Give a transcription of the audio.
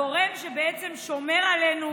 הגורם שבעצם שומר עלינו